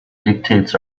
dictates